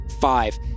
Five